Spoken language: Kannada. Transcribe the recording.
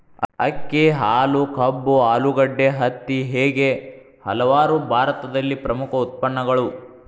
ಅಕ್ಕಿ, ಹಾಲು, ಕಬ್ಬು, ಆಲೂಗಡ್ಡೆ, ಹತ್ತಿ ಹೇಗೆ ಹಲವಾರು ಭಾರತದಲ್ಲಿ ಪ್ರಮುಖ ಉತ್ಪನ್ನಗಳು